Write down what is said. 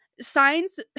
signs